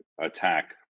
attack